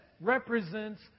represents